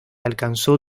alcanzó